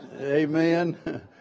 Amen